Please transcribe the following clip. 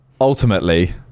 ultimately